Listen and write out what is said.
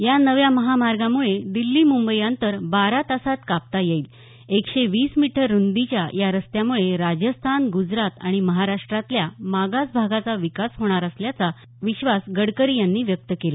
या नव्या महामार्गामुळे दिल्ली मुंबई अंतर बारा तासात कापता येईल एकशे वीस मीटर रुंदीच्या या रस्त्यामुळे राजस्थान गुजरात आणि महाराष्ट्रातल्या मागास भागाचा विकास होणार असल्याचा विश्वास गडकरी यांनी व्यक्त केला